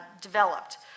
developed